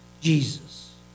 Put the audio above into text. Jesus